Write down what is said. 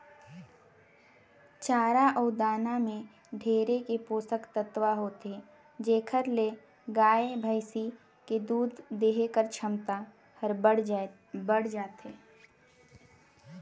चारा अउ दाना में ढेरे के पोसक तत्व होथे जेखर ले गाय, भइसी के दूद देहे कर छमता हर बायड़ जाथे